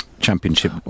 Championship